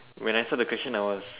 when I saw the question I was